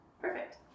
Perfect